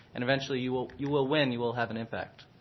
and eventually, you will you will win. you will have an impact.